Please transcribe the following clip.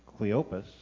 Cleopas